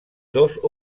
dos